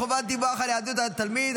חובת דיווח על היעדרות תלמיד),